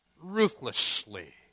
ruthlessly